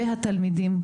והתלמידים,